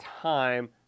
time